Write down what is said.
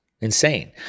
insane